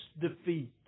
defeat